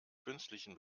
künstlichen